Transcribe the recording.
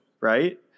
right